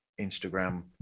Instagram